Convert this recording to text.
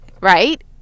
right